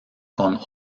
con